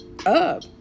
up